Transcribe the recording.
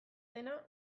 dena